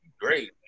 great